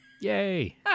Yay